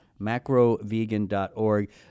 Macrovegan.org